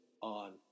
on